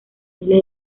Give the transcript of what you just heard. miles